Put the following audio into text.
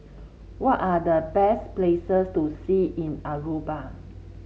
what are the best places to see in Aruba